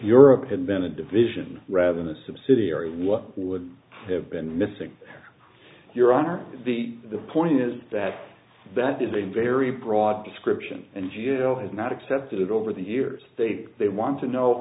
europe had been a division rather than a subsidiary what would have been missing your honor the point is that that is a very broad description and g l has not accepted it over the years they they want